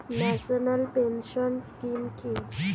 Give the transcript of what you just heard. National pension scheme কি?